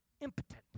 impotent